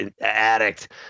addict